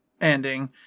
ending